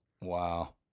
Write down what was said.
Wow